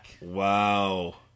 Wow